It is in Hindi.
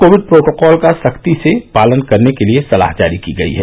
कोविड प्रोटोकॉल का सख्ती से पालन करने के लिए सलाह जारी की गई है